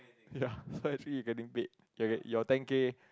ya so actually it getting beat your your ten K